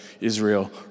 Israel